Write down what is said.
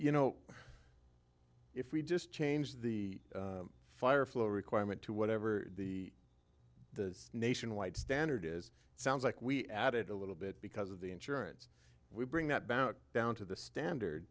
you know if we just change the fire flow requirement to whatever the nationwide standard is it sounds like we added a little bit because of the insurance we bring that about down to the standard